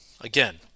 again